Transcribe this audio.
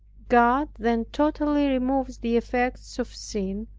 god then totally removes the effects of sin,